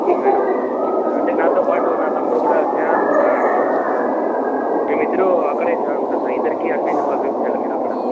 మీకు లేట్ అవుతుందా okay sir అంటే నాతో పాటు నా తమ్ముడు కూడా చేరాలనుకుంటున్నాడూ మేమిద్దరూ అక్కడే చేరాలనుకుంటున్నాం సార్ ఇద్దరికీ అడ్మిషన్ చెయ్యాలి మీరు అక్కడ